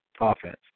offense